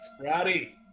Rowdy